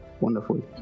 wonderful